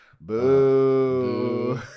boo